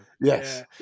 Yes